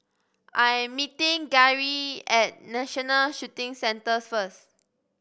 I'm meeting Garey at National Shooting Centre first